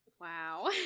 wow